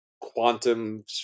quantum